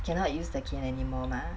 cannot use the cane anymore mah